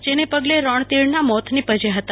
જેને પગલે રણતીડના મોત નીપજ્યાં હતા